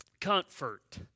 Comfort